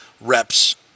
reps